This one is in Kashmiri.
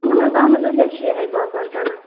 اَہَن حظ اَہَن حظ اَسۍ حظ چھِ یِہَے باپار کَران